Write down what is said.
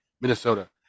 Minnesota